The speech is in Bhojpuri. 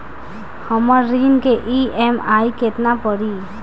हमर ऋण के ई.एम.आई केतना पड़ी?